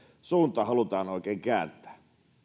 suuntaa halutaan oikein kääntää